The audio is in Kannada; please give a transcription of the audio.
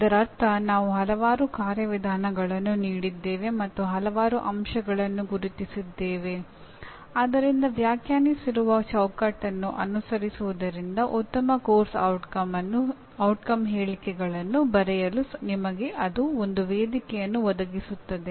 ಇದರರ್ಥ ನಾವು ಹಲವಾರು ಕಾರ್ಯವಿಧಾನಗಳನ್ನು ನೀಡಿದ್ದೇವೆ ಮತ್ತು ಹಲವಾರು ಅಂಶಗಳನ್ನು ಗುರುತಿಸಿದ್ದೇವೆ ಆದ್ದರಿಂದ ವ್ಯಾಖ್ಯಾನಿಸಿರುವ ಚೌಕಟ್ಟನ್ನು ಅನುಸರಿಸುವುದರಿಂದ ಉತ್ತಮ ಪಠ್ಯಕ್ರಮದ ಪರಿಣಾಮಗಳ ಹೇಳಿಕೆಗಳನ್ನು ಬರೆಯಲು ನಿಮಗೆ ಅದು ಒಂದು ವೇದಿಕೆಯನ್ನು ಒದಗಿಸುತ್ತದೆ